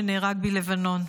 שנהרג בלבנון.